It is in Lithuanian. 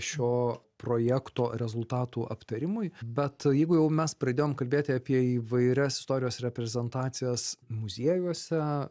šio projekto rezultatų aptarimui bet jeigu jau mes pradėjom kalbėti apie įvairias istorijos reprezentacijas muziejuose